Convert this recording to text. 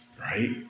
right